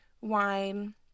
wine